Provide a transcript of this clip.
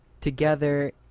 together